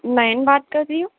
मयन बात कर रही हो